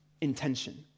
intention